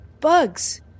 Bugs